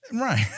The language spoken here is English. Right